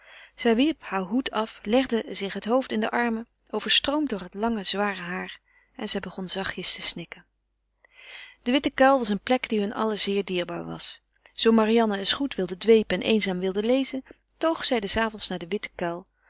zij wierp heur hoed af en legde zich het hoofd in de armen overstroomd door het lange zware haar en zij begon zachtjes te snikken de witte kuil was eene plek die hun allen zeer dierbaar was zoo marianne eens goed wilde dwepen en eenzaam wilde lezen toog zij des avonds naar den witten kuil